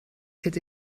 hätte